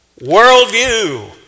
worldview